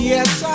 Yes